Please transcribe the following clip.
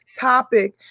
topic